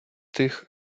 тих